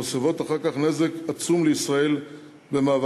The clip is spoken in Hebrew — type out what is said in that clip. שמסבות אחר כך נזק עצום לישראל במאבקה